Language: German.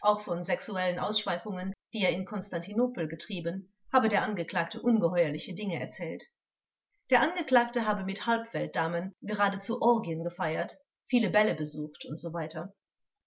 auch von sexuellen ausschweifungen die er in konstantinopel getrieben habe der angeklagte ungeheuerliche dinge erzählt der angeklagte habe mit halbweltdamen geradezu orgien gefeiert viele bälle besucht usw